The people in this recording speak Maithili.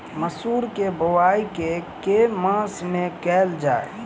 मसूर केँ बोवाई केँ के मास मे कैल जाए?